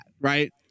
right